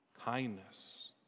kindness